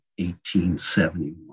1871